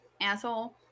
asshole